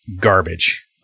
garbage